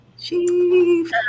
Chief